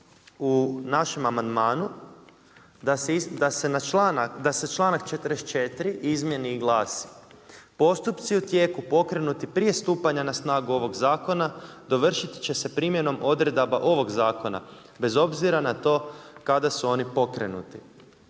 se na članak, da se članak 44. izmjeni i glasi: „Postupci u tijeku pokrenuti prije stupanja na snagu ovoga zakona dovršiti će se primjenom odredaba ovog zakona bez obzira na to kada su oni pokrenuti.“.